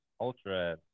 ultra